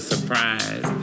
surprise